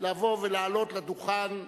לבוא ולעלות לדוכן,